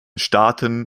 staaten